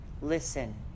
listen